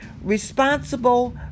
responsible